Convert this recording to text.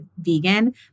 vegan